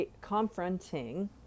confronting